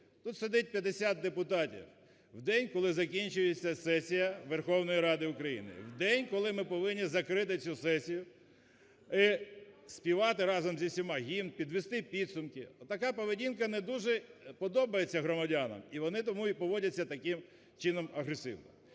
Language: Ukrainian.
тут сидить 50 депутатів в день, коли закінчується сесія Верховної Ради, в день, коли ми повинні закрити цю сесію і співати разом з усіма гімн, підвести підсумки. Така поведінка не дуже подобається громадянам, і вони тому і поводяться таким чином – агресивно.